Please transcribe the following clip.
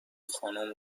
خانم